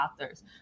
authors